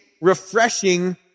refreshing